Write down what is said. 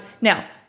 Now